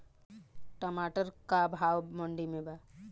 टमाटर का भाव बा मंडी मे?